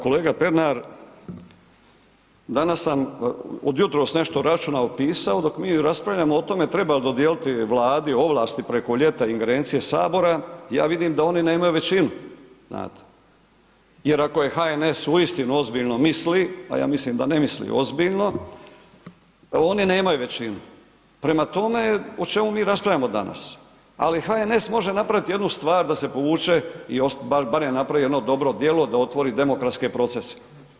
Kolega Pernar danas sam od jutros nešto računao, pisao, dok mi raspravljamo o tome treba li dodijeliti Vladi ovlasti preko ljeta i ingerencije HS, ja vidim da oni nemaju većinu znate, jer ako je HNS uistinu ozbiljno misli, a ja mislim da ne misli ozbiljno, oni nemaju većinu, prema tome, o čemu mi raspravljamo danas, ali HNS može napraviti jednu stvar da se povuče, bar je napravio jedno dobro djelo da otvori demokratske procese.